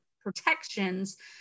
protections